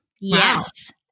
Yes